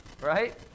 right